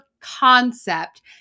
concept